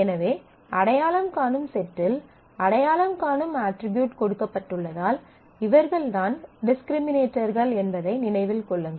எனவே அடையாளம் காணும் செட்டில் அடையாளம் காணும் அட்ரிபியூட் கொடுக்கப்பட்டுள்ளதால் இவர்கள்தான் டிஸ்க்ரிமினேட்டர்கள் என்பதை நினைவில் கொள்ளுங்கள்